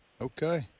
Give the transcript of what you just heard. Okay